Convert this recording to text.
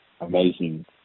amazing